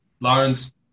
Lawrence